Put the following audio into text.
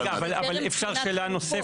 דרור בוימל רגע, אבל אפשר שאלה נוספת?